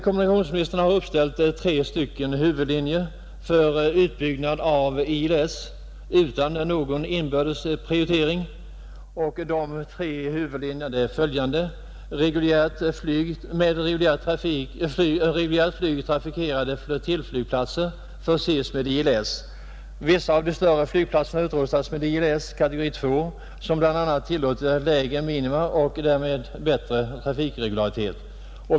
Kommunikationsministern har uppställt tre huvudlinjer för utbyggnad av ILS, utan någon inbördes prioritering, och de tre huvudlinjerna är följande: — Vissa av de större flygplatserna utrustas med ILS, kategori II, som bl.a. tillåter lägre minima och därmed ger bättre trafikregularitet.